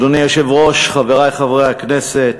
אדוני היושב-ראש, חברי חברי הכנסת,